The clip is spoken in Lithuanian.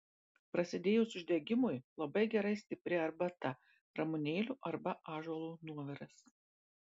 prasidėjus uždegimui labai gerai stipri arbata ramunėlių arba ąžuolo nuoviras